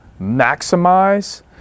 maximize